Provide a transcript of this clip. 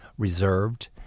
reserved